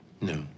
No